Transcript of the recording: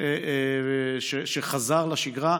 שחזר לשגרה.